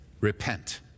Repent